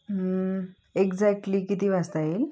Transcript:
exactly किती वाजता येईल